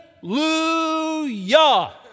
hallelujah